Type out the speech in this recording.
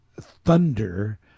thunder